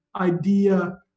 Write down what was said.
idea